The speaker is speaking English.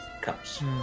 cups